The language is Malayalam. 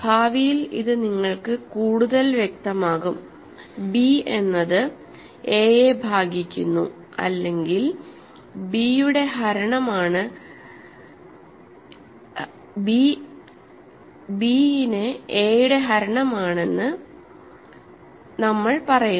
ഭാവിയിൽ ഇത് നിങ്ങൾക്ക് കൂടുതൽ വ്യക്തമാകും b എന്നത് a യെ ഭാഗിക്കുന്നു അല്ലെങ്കിൽ b നെ a യുടെ ഹരണമാണെന്ന് നമ്മൾ പറയുന്നു